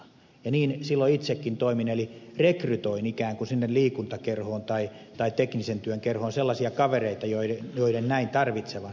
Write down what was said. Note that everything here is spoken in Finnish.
niin silloin itsekin toimin eli ikään kuin rekrytoin sinne liikuntakerhoon tai teknisen työn kerhoon sellaisia kavereita joiden näin tarvitsevan sellaista toimintaa